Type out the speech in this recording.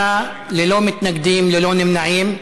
28 בעד, ללא מתנגדים, ללא נמנעים.